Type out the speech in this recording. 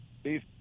Steve